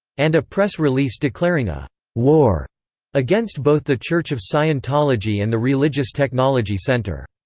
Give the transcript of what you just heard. and a press release declaring a war against both the church of scientology and the religious technology center.